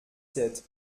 sept